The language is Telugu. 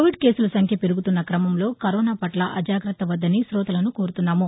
కోవిడ్ కేసులసంఖ్య పెరుగుతున్న క్రమంలో కరోనాపట్ల అజాగ్రత్త వద్దని కోతలను కోరుచున్నాము